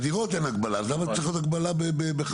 בדירות אין הגבלה אז למה יש הגבלה בחנויות?